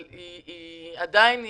אבל עדיין,